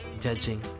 judging